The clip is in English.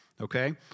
Okay